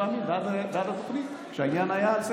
פעמים בעד התוכנית כשהעניין היה על סדר-היום.